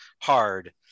hard